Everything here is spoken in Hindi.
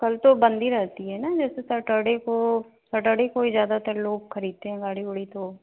कल तो बंदी रहती है ना जैसे सटर्डे को सटर्डे को ही ज़्यादातर लोग खरीदते हैं गाड़ी ओड़ी तो